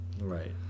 Right